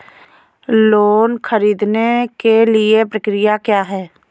Loan ख़रीदने के लिए प्रक्रिया क्या है?